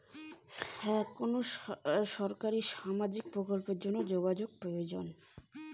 কোনো সরকারি সামাজিক প্রকল্পের জন্য কি কোনো যোগ্যতার প্রয়োজন?